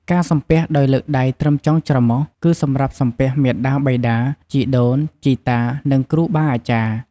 ការសំពះដោយលើកដៃត្រឹមចុងច្រមុះ គឺសម្រាប់សំពះមាតាបិតា ជីដូន ជីតា និងគ្រូបាអាចារ្យ។